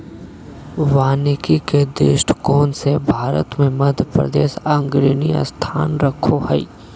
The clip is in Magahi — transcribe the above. वानिकी के दृष्टिकोण से भारत मे मध्यप्रदेश अग्रणी स्थान रखो हय